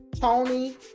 Tony